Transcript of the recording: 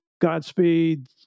Godspeed